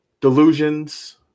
delusions